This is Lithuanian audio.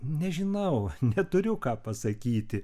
nežinau neturiu ką pasakyti